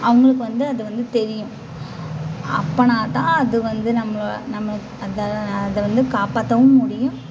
அவங்களுக்கு வந்து அதை வந்து தெரியும் அப்போனா தான் அது வந்து நம்மளோ நம்மளுக்கு அதை தான் அதை வந்து காப்பாற்றவும் முடியும்